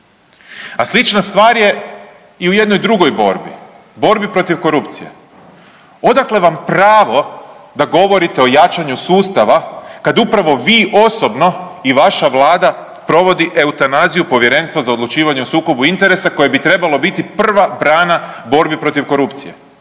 A slična stvar je i u jednoj drugoj borbi, borbi protiv korupcije. Odakle vam pravo da govorite o jačanju sustava kad upravo vi osobno i vaša Vlada provodi eutanaziju Povjerenstva za odlučivanje o sukobu interesa koje bi trebalo biti prva brana u borbi protiv korupcije